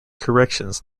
corrections